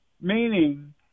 meaning